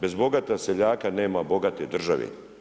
Bez bogata seljaka nema bogate države.